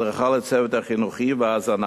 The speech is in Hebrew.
הדרכה לצוות החינוכי והזנה.